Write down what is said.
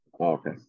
okay